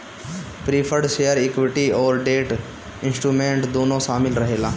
preferred share equity अउरी debt instrument दूनो शामिल रहेला